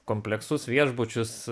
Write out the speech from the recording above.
kompleksus viešbučius